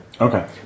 okay